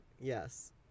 yes